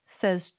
says